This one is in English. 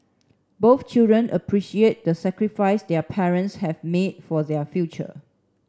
both children appreciate the sacrifice their parents have made for their future